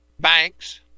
banks